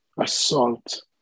assault